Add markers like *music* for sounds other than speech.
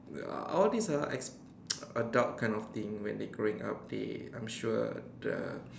uh all these ah as *noise* adult kind of thing when they growing up they I'm sure uh